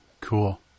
Cool